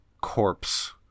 corpse